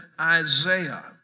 Isaiah